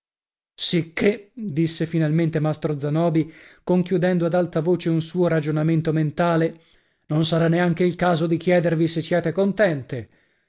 disse finalmente mastro zanobi conchiudendo ad alta voce un suo ragionamento mentale non sarà neanche il caso di chiedervi se siete contente